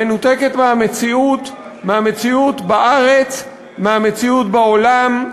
מנותקת מהמציאות, מהמציאות בארץ, מהמציאות בעולם,